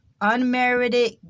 unmerited